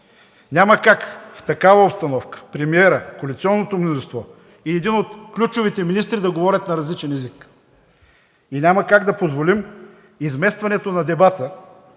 Няма как в такава обстановка премиерът, коалиционното мнозинство и един от ключовите министри да говорят на различен език и няма как да позволим изместването на дебата